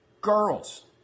Girls